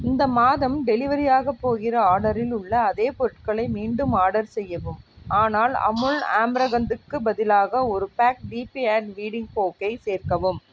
இந்த மாதம் டெலிவரியாகப் போகிற ஆர்டரில் உள்ள அதே பொருட்களை மீண்டும் ஆர்டர் செய்யவும் ஆனால் அமுல் ஆம்ரகந்த்க்கு பதிலாக ஒரு பேக் டிபி ஹேண்ட் வீடிங் ஃபோர்க்கை சேர்க்கவும்